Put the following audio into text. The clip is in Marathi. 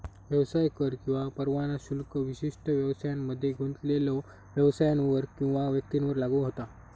व्यवसाय कर किंवा परवाना शुल्क विशिष्ट व्यवसायांमध्ये गुंतलेल्यो व्यवसायांवर किंवा व्यक्तींवर लागू होता